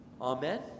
Amen